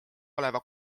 oleva